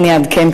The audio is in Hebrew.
אני אעדכן,